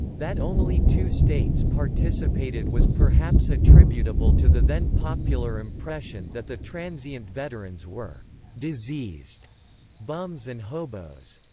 that only two states participated was perhaps attributable to the then popular impression that the transient veterans were diseased bums and hoboes.